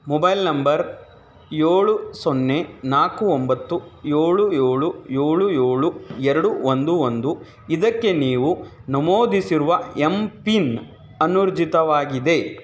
mobile number ಏಳು ಸೊನ್ನೆ ನಾಲ್ಕು ಒಂಬತ್ತು ಏಳು ಏಳು ಏಳು ಏಳು ಎರಡು ಒಂದು ಒಂದು ಇದಕ್ಕೆ ನೀವು ನಮೂದಿಸಿರುವ ಎಂಪಿನ್ ಅನೂರ್ಜಿತವಾಗಿದೆ